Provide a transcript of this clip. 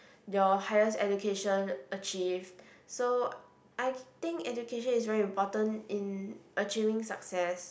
your highest education achieved so I think education is very important in achieving success